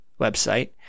website